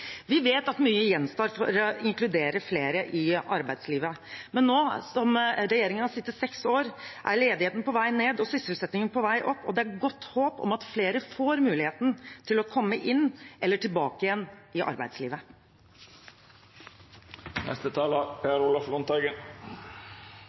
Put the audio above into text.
Vi vet at mye gjenstår for å inkludere flere i arbeidslivet. Men nå som regjeringen har sittet seks år, er ledigheten på vei ned og sysselsettingen på vei opp. Det er godt håp om at flere får muligheten til å komme inn eller tilbake til arbeidslivet.